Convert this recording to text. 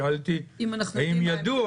שאלתי -- אם אנחנו יודעים מהם תנאים אופטימליים.